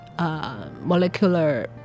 molecular